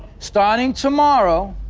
starting tomorrow,